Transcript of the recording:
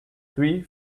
three